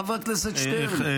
חבר הכנסת שטרן,